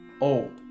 old